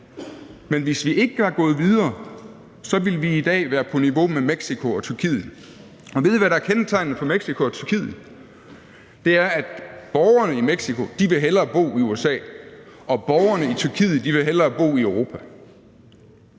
Men hvis vi ikke var gået videre, ville vi i dag være på niveau med Mexico og Tyrkiet. Og ved I, hvad der er kendetegnende for Mexico og Tyrkiet? Det er, at borgerne i Mexico hellere vil bo i USA, og at borgerne i Tyrkiet hellere vil bo i Europa.